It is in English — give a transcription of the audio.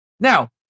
Now